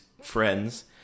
friends